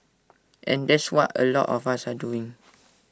and that's what A lot of us are doing